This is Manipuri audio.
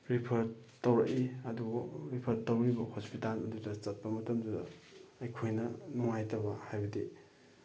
ꯔꯤꯐꯔ ꯇꯧꯔꯛꯏ ꯑꯗꯨꯕꯨ ꯔꯤꯐꯔ ꯇꯧꯔꯤꯕ ꯍꯣꯁꯄꯤꯇꯥꯜ ꯑꯗꯨꯗ ꯆꯠꯄ ꯃꯇꯝꯗꯨꯗ ꯑꯩꯈꯣꯏꯅ ꯅꯨꯡꯉꯥꯏꯇꯕ ꯍꯥꯏꯕꯗꯤ